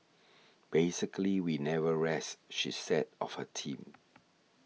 basically we never rest she said of her team